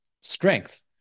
strength